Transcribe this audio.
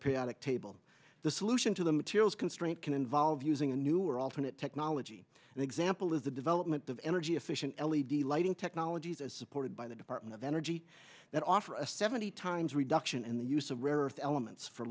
periodic table the solution to the materials constraint can involve using a newer alternate technology an example of the development of energy efficient l e d lighting technologies as supported by the department of energy that offer a seventy times reduction in the use of rare earth elements for